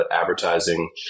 advertising